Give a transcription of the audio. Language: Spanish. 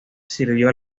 sirvió